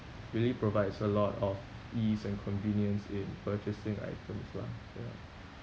really provides a lot of ease and convenience in purchasing items lah ya